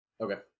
Okay